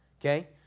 okay